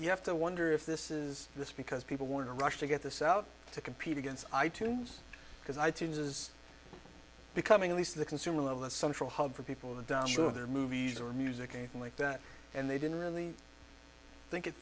you have to wonder if this is this because people were in a rush to get this out to compete against i tunes because i tunes is becoming at least the consumer of the central hub for people and their movies or music or anything like that and they didn't really think it